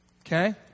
Okay